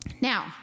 Now